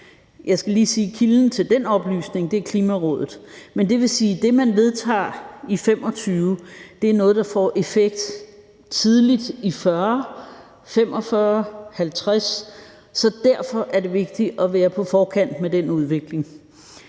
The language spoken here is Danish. Jeg skal lige sige, at kilden til den oplysning er Klimarådet. Men det vil sige, at det, man vedtager i 2025, er noget, der får effekt tidligst i 2040, 2045 eller 2050, så derfor er det vigtigt at være på forkant med den udvikling.